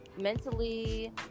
mentally